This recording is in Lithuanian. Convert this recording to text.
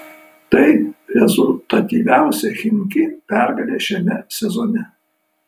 tai rezultatyviausia chimki pergalė šiame sezone